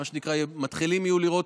כשמתחילים לראות,